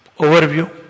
overview